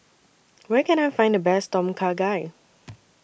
Where Can I Find The Best Tom Kha Gai